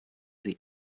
sie